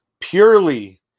Purely